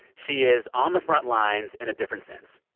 she is on the frontlines in a different sense.